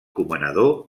comanador